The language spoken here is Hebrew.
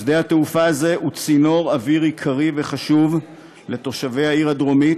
שדה-התעופה הזה הוא צינור אוויר עיקרי וחשוב לתושבי העיר הדרומית,